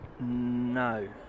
no